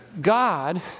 God